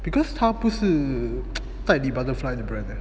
because 它不是代理 butterfly 的 brand leh